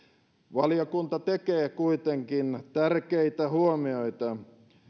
valiokunta tekee kuitenkin tärkeitä huomioita